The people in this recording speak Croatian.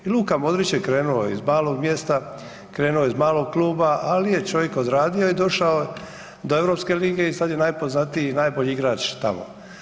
I Luka Modrić je krenuo iz malog mjesta, krenuo je iz malog kluba, ali je čovik odradio i došao je do europske lige i sad je najpoznatiji i najbolji igrač tamo.